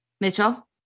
Mitchell